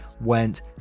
went